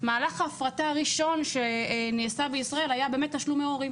מהלך ההפרטה הראשון שנעשה בישראל היה באמת תשלומי הורים.